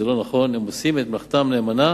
זה לא נכון, הם עושים מלאכתם נאמנה,